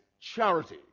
charity